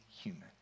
human